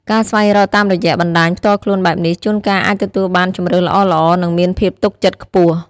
ការស្វែងរកតាមរយៈបណ្ដាញផ្ទាល់ខ្លួនបែបនេះជួនកាលអាចទទួលបានជម្រើសល្អៗ និងមានភាពទុកចិត្តខ្ពស់។